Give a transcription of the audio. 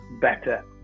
better